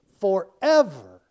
forever